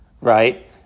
right